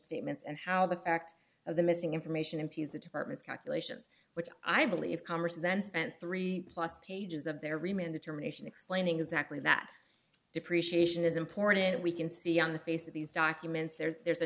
statements and how the fact of the missing information impedes the department's calculations which i believe congress then spent three plus pages of their remaining determination explaining exactly that depreciation is important we can see on the face of these documents there's